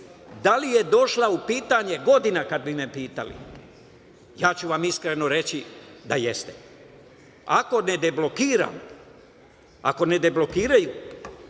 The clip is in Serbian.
Da li je došla u pitanje godina? Ja ću vam iskreno reći da jeste. Ako ne deblokiraju,